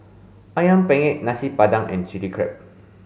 ayam penyet nasi padang and chili crab